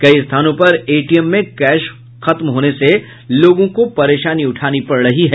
कई स्थानों पर एटीएम में कैश खत्म होने से लोगों को परेशानी उठानी पड़ रही है